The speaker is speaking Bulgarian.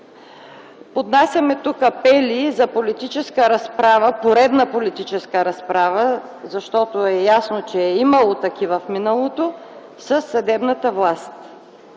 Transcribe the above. поднасяме тук апели за поредна политическа разправа, защото е ясно, че е имало такива в миналото със съдебната власт.